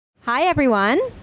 hi everyone.